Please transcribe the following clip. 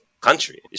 country